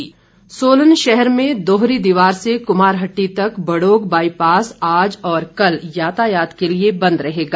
यातायात सोलन शहर में दोहरी दीवार से कुमारहट्टी तक बड़ोग बाईपास आज और कल यातायात के लिए बंद रहेगा